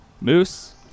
Moose